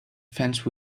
fence